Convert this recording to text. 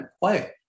play